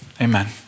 amen